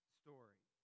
story